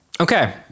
Okay